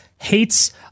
hates